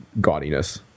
gaudiness